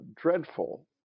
dreadful